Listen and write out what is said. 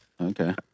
Okay